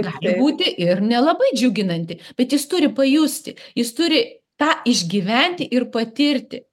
gali būti ir nelabai džiuginanti bet jis turi pajusti jis turi tą išgyventi ir patirti